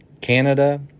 Canada